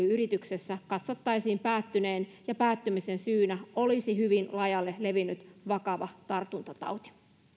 yrityksessä katsottaisiin päättyneen ja päättymisen syynä olisi hyvin laajalle levinnyt vakava tartuntatauti